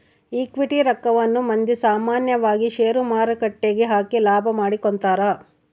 equity ರಕ್ಕವನ್ನ ಮಂದಿ ಸಾಮಾನ್ಯವಾಗಿ ಷೇರುಮಾರುಕಟ್ಟೆಗ ಹಾಕಿ ಲಾಭ ಮಾಡಿಕೊಂತರ